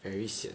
very sian